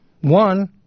one